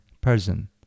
person